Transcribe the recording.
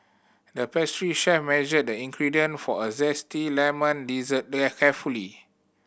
the pastry chef measured the ingredient for a zesty lemon dessert their carefully